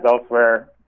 elsewhere